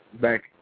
back